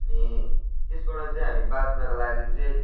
अनि त्यसबाट चाहिँ हामी बाँच्नको लागि चाहिँ